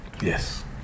Yes